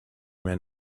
men